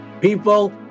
People